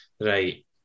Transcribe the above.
right